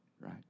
right